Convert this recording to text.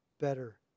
better